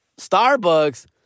Starbucks